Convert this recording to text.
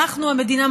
המדינה,